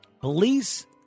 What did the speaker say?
police